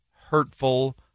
hurtful